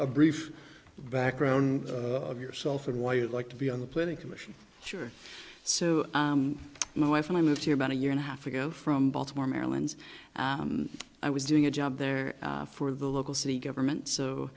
a brief background of yourself and why you'd like to be on the planning commission sure so my wife and i moved here about a year and a half ago from baltimore maryland i was doing a job there for the local city government so